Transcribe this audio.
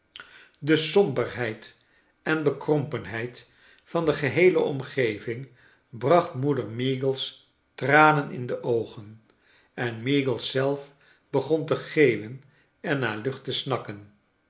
de somberheid en bekrompenheid van de geheele omgeving bracht moeder meagles tranen in de oogen en meagles zelf begon te geeuwen en naar lucht te snakken